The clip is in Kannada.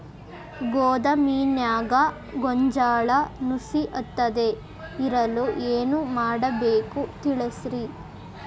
ಗೋದಾಮಿನ್ಯಾಗ ಗೋಂಜಾಳ ನುಸಿ ಹತ್ತದೇ ಇರಲು ಏನು ಮಾಡಬೇಕು ತಿಳಸ್ರಿ